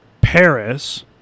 Paris